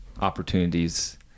opportunities